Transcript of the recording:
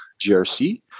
GRC